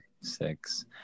Six